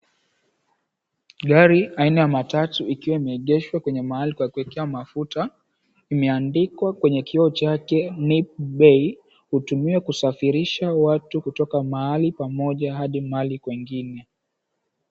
Gari aina ya matatu ikiwa imeegeshwa kwenye mahali kwa kuwekea mafuta imeandikwa kwenye kioo chake, "Nip Bay", hutumiwa kusafirisha watu kutoka mahali pamoja hadi mali kwingine.